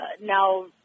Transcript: now